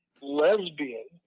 lesbian